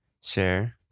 share